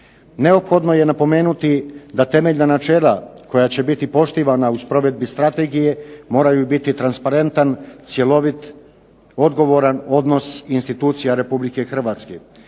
Neophodno je napomenuti da temeljna načela koja će biti poštivana u sprovedbi strategije moraju biti transparentan, cjelovit, odgovoran odnos institucija Republike Hrvatske